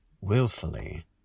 Willfully